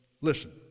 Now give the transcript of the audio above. Listen